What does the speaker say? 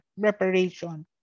preparation